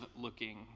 looking